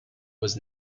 was